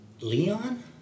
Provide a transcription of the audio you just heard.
Leon